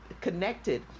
connected